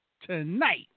tonight